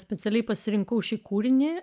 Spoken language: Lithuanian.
specialiai pasirinkau šį kūrinį